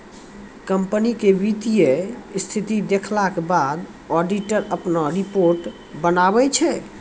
company के वित्तीय स्थिति देखला के बाद ऑडिटर अपनो रिपोर्ट बनाबै छै